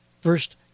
first